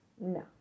No